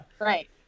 Right